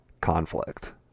conflict